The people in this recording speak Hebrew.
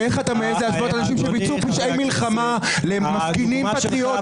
איך אתה מעז להשוות אנשים שביצעו פשעי מלחמה למפגינים פטריוטיים?